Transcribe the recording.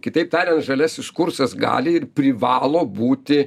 kitaip tariant žaliasis kursas gali ir privalo būti